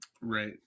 Right